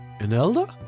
Inelda